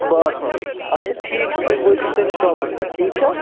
فاڈ فاڈ اچھا ٹھیٖک چھُ تُہۍ وٲتۍزیو سٲنِس شاپَس پٮ۪ٹھ ٹھیٖک چھا